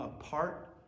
apart